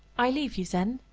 i leave you then.